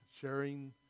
sharing